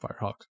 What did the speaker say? Firehawk